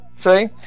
See